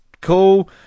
Cool